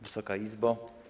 Wysoka Izbo!